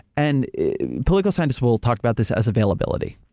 and political scientists will talk about this as availability.